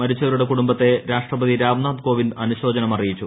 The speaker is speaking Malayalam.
മരിച്ചവരുടെ കുടുംബത്തെ രാഷ്ട്രപതി രാംനാഥ് കോവിന്ദ് അനുശോചനമറിയിച്ചു